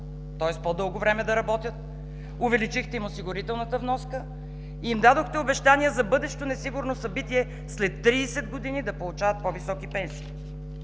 тоест по-дълго време да работят, увеличихте им осигурителната вноска и им дадохте обещания за бъдещо несигурно събитие – след 30 години да получават по-високи пенсии.